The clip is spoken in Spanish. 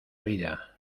vida